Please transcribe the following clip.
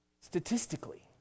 statistically